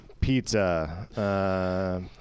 Pizza